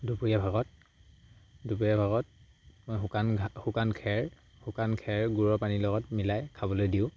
দুপৰীয়া ভাগত দুপৰীয়া ভাগত মই শুকান ঘাঁ শুকান খেৰ শুকান খেৰ গুড়ৰ পানীৰ লগত মিলাই খাবলৈ দিওঁ